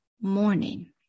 morning